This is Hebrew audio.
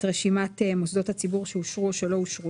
רשימת מוסדות הציבור שאושרו או שלא אושרו